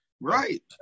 Right